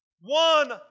One